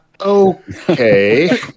okay